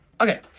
Okay